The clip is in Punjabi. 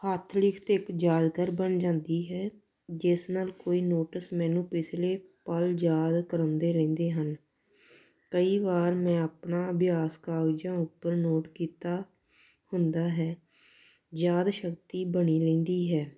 ਹੱਥ ਲਿਖਤ ਇੱਕ ਯਾਦਗਾਰ ਬਣ ਜਾਂਦੀ ਹੈ ਜਿਸ ਨਾਲ ਕੋਈ ਨੋਟਿਸ ਮੈਨੂੰ ਪਿਛਲੇ ਪਲ ਯਾਦ ਕਰਵਾਉਂਦੇ ਰਹਿੰਦੇ ਹਨ ਕਈ ਵਾਰ ਮੈਂ ਆਪਣਾ ਅਭਿਆਸ ਕਾਗਜ਼ਾਂ ਉੱਪਰ ਨੋਟ ਕੀਤਾ ਹੁੰਦਾ ਹੈ ਯਾਦ ਸ਼ਕਤੀ ਬਣੀ ਰਹਿੰਦੀ ਹੈ